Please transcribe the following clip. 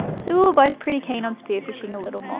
so, we're both pretty keen on spear-fishing a little more.